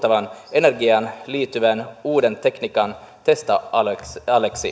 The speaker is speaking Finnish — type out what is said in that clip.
energiaan liittyvän uuden tekniikan testausalueeksi